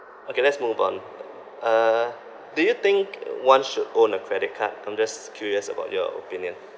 okay let's move on uh do you think one should own a credit card I'm just curious about your opinion